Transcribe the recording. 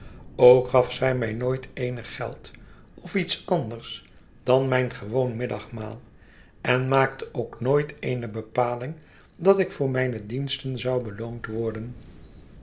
ook gaf zij mij nooit eenig geld of iets anders dan mijn gewoon middagmaal en maakte ook nooit eene bepaling dat ik voor mijne diensten zou beloond worden